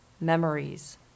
memories